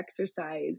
exercise